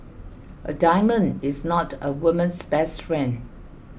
a diamond is not a woman's best friend